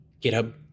GitHub